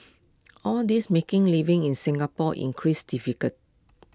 all these making living in Singapore increase difficult